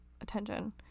attention